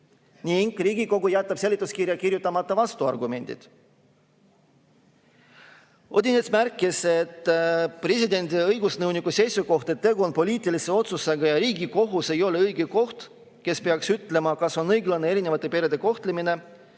otsuseid, aga jätab seletuskirja kirjutamata vastuargumendid. Odinets märkis, et presidendi õigusnõuniku seisukoht, et tegu on poliitilise otsusega ja Riigikohus ei ole õige koht, kes peaks ütlema, kas on õiglane erinevate perede kohtlemine,